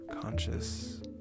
conscious